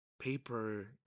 paper